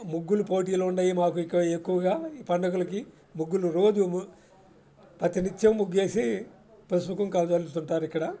ముగ్గులు పోటీలు ఉంటాయి మాకు ఎక్కువగా ఈ పండుగలకి ముగ్గులు రోజు ప్రతి నిత్యం ముగ్గేసి పసుపుకుంకాలు జల్లుతుంటారు ఇక్కడ